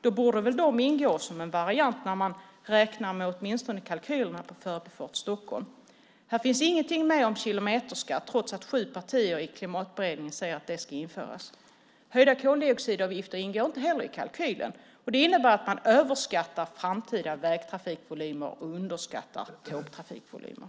Då borde väl den ingå som en variabel åtminstone i kalkylerna på Förbifart Stockholm. Här finns ingenting med om kilometerskatt trots att sju partier i Klimatberedningen säger att det ska införas. Höjda koldioxidavgifter ingår inte heller i kalkylen. Det innebär att man överskattar framtida vägtrafikvolymer och underskattar tågtrafikvolymer.